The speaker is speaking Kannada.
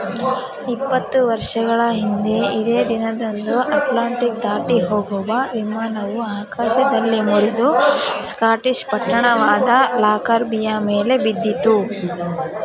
ಇಪ್ಪತ್ತು ವರ್ಷಗಳ ಹಿಂದೆ ಇದೇ ದಿನದಂದು ಅಟ್ಲಾಂಟಿಕ್ ದಾಟಿಹೋಗುವ ವಿಮಾನವು ಆಕಾಶದಲ್ಲಿ ಮುರಿದು ಸ್ಕಾಟಿಷ್ ಪಟ್ಟಣವಾದ ಲಾಕರ್ಬಿಯ ಮೇಲೆ ಬಿದ್ದಿತು